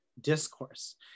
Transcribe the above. discourse